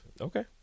Okay